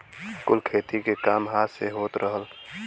कुल खेती के काम हाथ से होत रहल